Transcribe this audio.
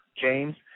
James